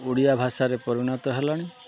ଓଡ଼ିଆ ଭାଷାରେ ପରିଣତ ହେଲାଣି